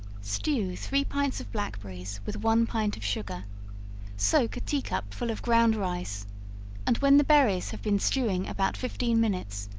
stew three pints of blackberries with one pint of sugar soak a tea-cup full of ground rice and when the berries have been stewing about fifteen minutes,